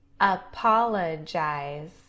APOLOGIZE